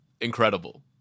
incredible